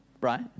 right